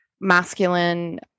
masculine